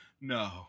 no